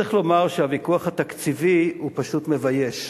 צריך לומר שהוויכוח התקציבי הוא פשוט מבייש,